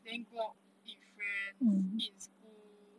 then go out eat with friend eat in school